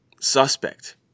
suspect